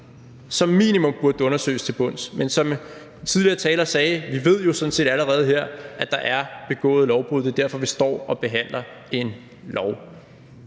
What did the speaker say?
som minimum – burde det undersøges til bunds, men som en tidligere taler sagde, ved vi jo sådan set allerede her, at der er begået lovbrud. Det er derfor, vi står og behandler et